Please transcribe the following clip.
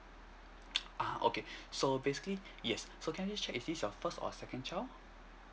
uh okay so basically yes so can I just check is this your first or second child